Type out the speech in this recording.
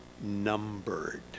numbered